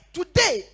today